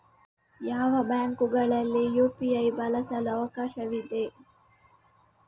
ಯಾವ ಬ್ಯಾಂಕುಗಳಲ್ಲಿ ಯು.ಪಿ.ಐ ಬಳಸಲು ಅವಕಾಶವಿದೆ?